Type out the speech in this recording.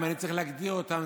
אם צריך להגדיר אותם,